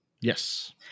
Yes